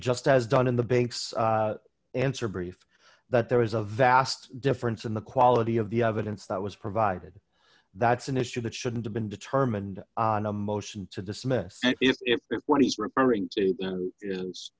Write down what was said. just as done in the bank's answer brief that there was a vast difference in the quality of the evidence that was provided that's an issue that shouldn't have been determined on a motion to dismiss if what he's referring to